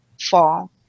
fall